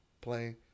playing